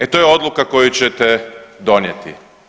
E to je odluka koju ćete donijeti.